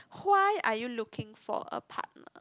why are you looking for a partner